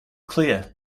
clear